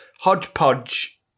hodgepodge